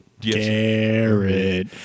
Garrett